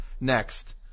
next